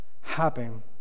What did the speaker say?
happen